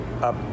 up